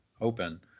open